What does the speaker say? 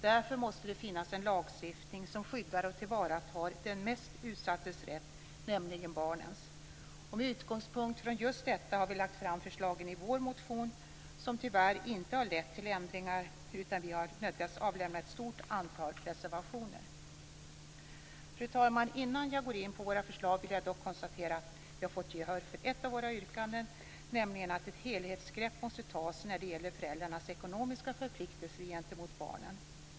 Därför måste det finnas en lagstiftning som skyddar och tillvaratar den mest utsattes rätt, nämligen barnets. Med utgångspunkt från just detta har vi lagt fram förslagen i vår motion, som tyvärr inte har lett till ändringar, utan vi har nödgats avlämna ett stort antal reservationer. Fru talman! Innan jag går in på våra förslag vill jag dock konstatera att vi har fått gehör för ett av våra yrkanden, nämligen att ett helhetsgrepp måste tas när det gäller föräldrarnas ekonomiska förpliktelser gentemot barnen.